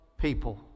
people